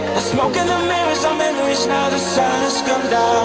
smoke and the mirrors are memories now the sun has gone